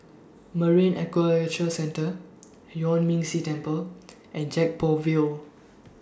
Marine Aquaculture Centre Yuan Ming Si Temple and Gek Poh Ville